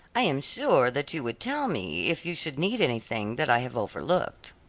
i am sure that you would tell me if you should need anything that i had overlooked.